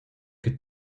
che